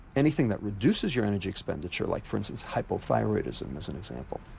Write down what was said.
anything that reduces your energy expenditure, like for instance hypo thyroidism as an example,